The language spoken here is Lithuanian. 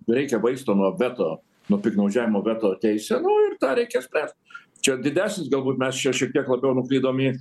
reikia vaisto nuo veto nuo piktnaudžiavimo veto teise nu ir tą reikia spręst čia didesnis galbūt mes čia šiek tiek labiau nuklydom į